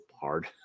hard